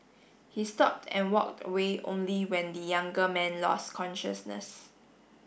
he stopped and walked away only when the younger man lost consciousness